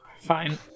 Fine